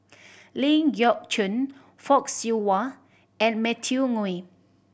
Ling Geok Choon Fock Siew Wah and Matthew Ngui